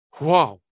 Wow